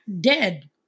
dead